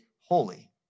holy